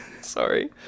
sorry